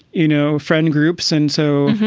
you know, friend groups and so